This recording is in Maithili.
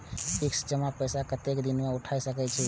फिक्स जमा पैसा कतेक दिन में उठाई सके छी?